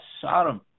Sodom